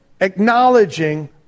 acknowledging